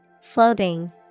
Floating